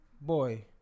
Boy